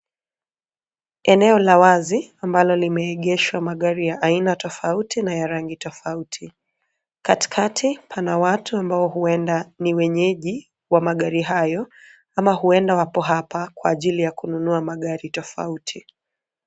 Eneo la wazi ambalo limeegeshwa magari ya aina tofauti na ya rangi tofauti. Katika pana watu ambao huenda ni wenyeji wa magari hayo ama huenda wapo hapa kwa ajili ya kununua magari tofauti.